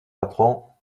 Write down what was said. patron